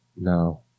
no